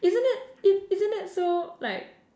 isn't it i~ isn't that so like